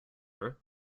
her